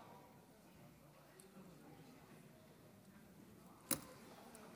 רבותיי חברי הכנסת,